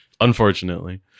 Unfortunately